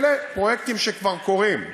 אלה פרויקטים שכבר קורים,